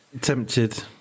Tempted